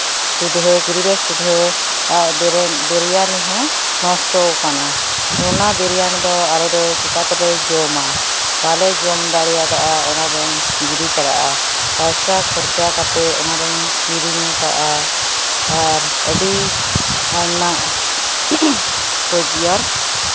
ᱥᱩᱫᱷᱟᱹ ᱠᱮᱨᱤᱵᱮᱜᱽ ᱥᱩᱫᱷᱟᱹ ᱵᱤᱨᱭᱟᱱᱤ ᱦᱚᱸ ᱱᱚᱥᱴᱚᱣ ᱠᱟᱱᱟ ᱚᱱᱟ ᱵᱤᱨᱭᱟᱱᱤ ᱫᱚ ᱟᱞᱮ ᱫᱚ ᱪᱤᱠᱟ ᱛᱮᱞᱮ ᱡᱚᱢᱟ ᱵᱟᱞᱮ ᱡᱚᱢ ᱫᱟᱲᱮᱭᱟᱫᱟ ᱚᱱᱟ ᱫᱩᱧ ᱜᱤᱰᱤ ᱠᱟᱫᱟ ᱯᱚᱭᱥᱟ ᱠᱷᱚᱨᱪᱟ ᱠᱟᱛᱮᱫ ᱚᱱᱟ ᱫᱚᱧ ᱠᱤᱨᱤᱧ ᱠᱟᱜᱼᱟ ᱟᱨ ᱟᱹᱰᱤ ᱟᱭᱢᱟ ᱨᱳᱡᱽᱜᱟᱨ